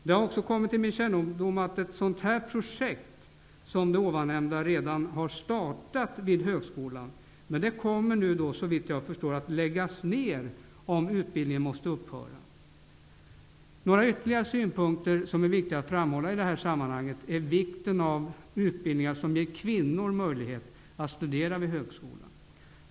Det har kommit till min kännedom att ett sådant projekt som det ovan nämnda redan har startat vid högskolan men det kommer, såvitt jag förstår, att läggas ner om utbildningen måste upphöra. Något ytterligare som är viktigt att framhålla i detta sammanhang är vikten av att det finns utbildningar som ger kvinnor möjlighet att studera vid högskola.